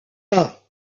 pas